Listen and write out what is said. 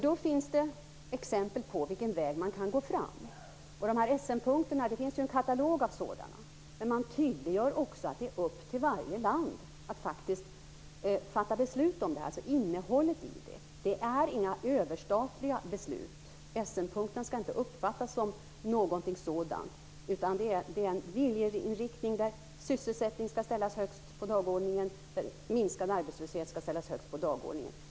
Då finns det exempel på vilken väg man kan gå fram. Det finns en katalog av Essenpunkterna, men man tydliggör också att det är upp till varje land att faktiskt fatta besluten, bestämma innehållet. Det är inga överstatliga beslut. Essenpunkterna skall inte uppfattas som någonting sådant, utan det är en viljeinriktning där sysselsättning och minskad arbetslöshet skall ställas högst upp på dagordningen.